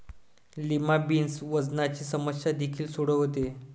lima beans वजनाची समस्या देखील सोडवते